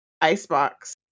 Icebox